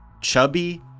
Chubby